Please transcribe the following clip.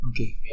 okay